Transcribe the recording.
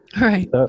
Right